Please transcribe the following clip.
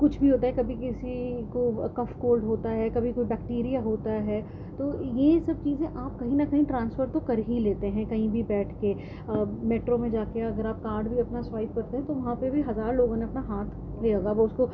کچھ بھی ہوتا ہے کبھی کسی کو کف کولڈ ہوتا ہے کبھی کوئی بیکٹیریا ہوتا ہے تو یہ سب چیزیں آپ کہیں نہ کہیں ٹرانسفر تو کر ہی لیتے ہیں کہیں بھی بیٹھ کے میٹرو میں جا کے اگر آپ کارڈ بھی اپنا سوائپ کر دو تو وہاں پہ بھی ہزار لوگوں نے اپنا ہاتھ دیا ہوا ہوگا وہ اس کو